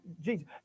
Jesus